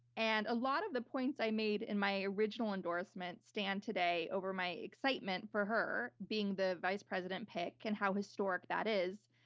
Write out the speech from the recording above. and a lot of the points i made in my original endorsement stand today over my excitement for her being the vice president pick and how historic that is.